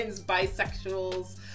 bisexuals